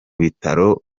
bitaro